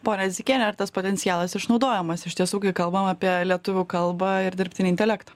pora dzikiene ar tas potencialas išnaudojamas iš tiesų kai kalbam apie lietuvių kalbą ir dirbtinį intelektą